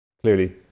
clearly